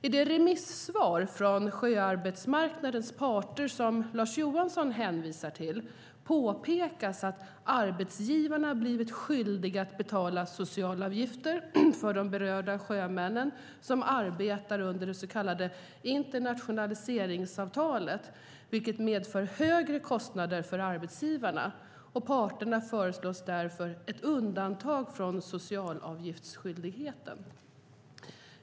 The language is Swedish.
I det remissvar från sjöarbetsmarknadens parter som Lars Johansson hänvisar till påpekas att arbetsgivarna blivit skyldiga att betala socialavgifter för de berörda sjömännen som arbetar under det så kallade internationaliseringsavtalet, vilket medför högre kostnader för arbetsgivarna. Parterna föreslår därför ett undantag från socialavgiftsskyldigheten.